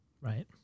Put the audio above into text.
Right